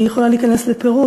אני יכולה להיכנס לפירוט,